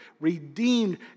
redeemed